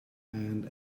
and